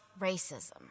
racism